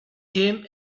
game